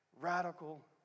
Radical